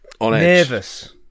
nervous